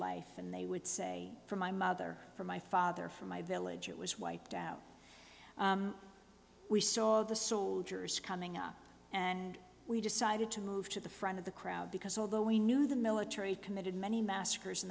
life and they would say from my mother from my father from my village it was wiped out we saw the soldiers coming up and we decided to move to the front of the crowd because although we knew the military committed many massacres in